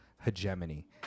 hegemony